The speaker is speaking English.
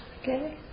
Okay